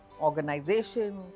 organization